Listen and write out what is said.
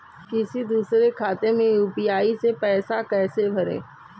किसी दूसरे के खाते में यू.पी.आई से पैसा कैसे भेजें?